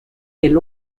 del